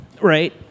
Right